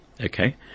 Okay